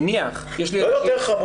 לא יותר חמור